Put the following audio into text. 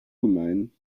gemein